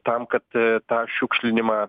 tam kad tą šiukšlinimą